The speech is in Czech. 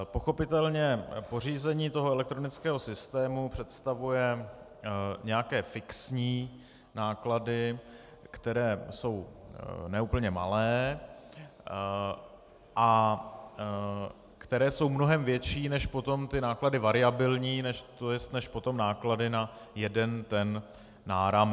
Pochopitelně pořízení elektronického systému představuje nějaké fixní náklady, které nejsou úplně malé a které jsou mnohem větší než potom ty náklady variabilní, tj. než potom náklady na jeden náramek.